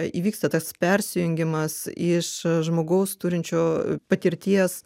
įvyksta tas persijungimas iš žmogaus turinčio patirties